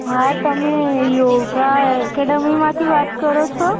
હા તમે યોગા એકેડમીમાંથી વાત કરો છો